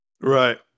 Right